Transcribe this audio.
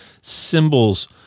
symbols